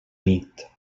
nit